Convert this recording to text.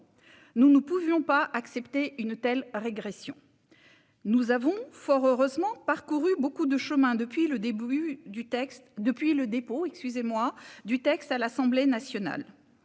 Nous ne pouvions pas accepter une telle régression. Nous avons, fort heureusement, parcouru beaucoup de chemin depuis le dépôt du texte à l'Assemblée nationale.